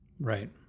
Right